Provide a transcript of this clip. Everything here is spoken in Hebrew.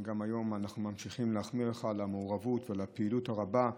גם היום אנחנו ממשיכים להחמיא לך על המעורבות ועל הפעילות הרבה.